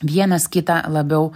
vienas kitą labiau